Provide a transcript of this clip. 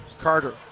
Carter